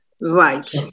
Right